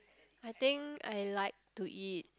I think I like to eat